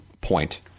point